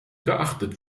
geachtet